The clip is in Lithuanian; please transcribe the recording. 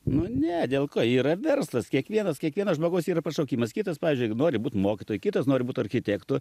nu ne dėl ko yra verslas kiekvienas kiekvienas žmogaus yra pašaukimas kitas pavyzdžiui jeigu nori būt mokytoju kitas nori būt architektu